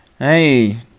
Hey